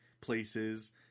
places